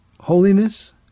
holiness